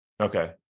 Okay